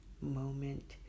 moment